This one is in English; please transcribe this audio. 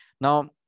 Now